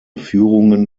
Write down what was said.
führungen